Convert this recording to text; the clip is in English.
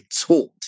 taught